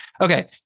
okay